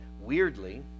Weirdly